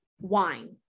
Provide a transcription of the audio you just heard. wine